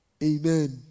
Amen